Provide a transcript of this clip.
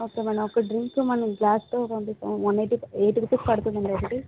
okay madam ఒక drink మరి గ్లాస్తో పంపిస్తాం వన్ ఎయిటీ ఎయిటీ రూపీస్ పడుతుంది అండి ఒకటి